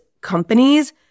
companies